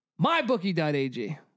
Mybookie.ag